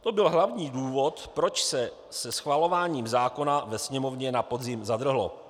To byl hlavní důvod, proč se schvalování zákona ve Sněmovně na podzim zadrhlo.